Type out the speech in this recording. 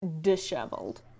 disheveled